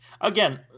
Again